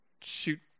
shoot